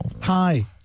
Hi